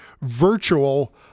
virtual